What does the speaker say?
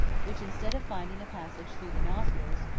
which, instead of finding a passage through the nostrils,